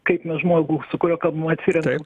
kaip mes žmogų su kuriuo kalbam atsirenkam